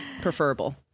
preferable